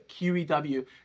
QEW